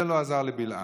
זה לא עזר לבלעם.